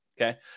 okay